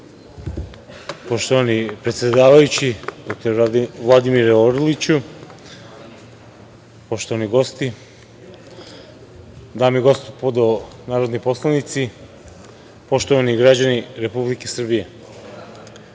predsedavajući, doktore Vladimire Orliću, poštovani gosti, dame i gospodo narodni poslanici, poštovani građani Republike Srbije,